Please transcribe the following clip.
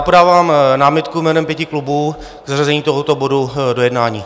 Podávám námitku jménem pětiklubu k zařazení tohoto bodu do jednání.